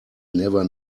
never